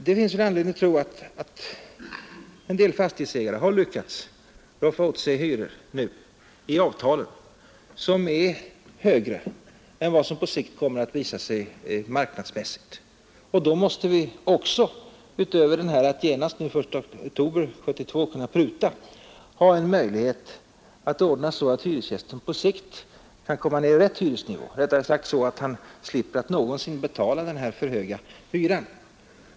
Det finns skäl att tro att en del fastighetsägare har lyckats att i avtalen roffa åt sig hyror som är högre än vad som på sikt kommer att visa sig marknadsmässigt. Då måste vi — utöver att genast den 1 oktober 1972 kunna pruta — ha möjlighet att ordna så att hyresgästen på sikt kan komma ned till rätt hyresnivå eller rättare sagt ordna så att han slipper att någonsin betala den för höga hyran.